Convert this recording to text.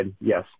yes